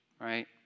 right